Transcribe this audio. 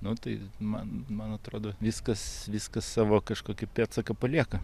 nu tai man man atrodo viskas viskas savo kažkokį pėdsaką palieka